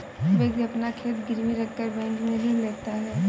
व्यक्ति अपना खेत गिरवी रखकर बैंक से ऋण लेता है